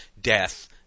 death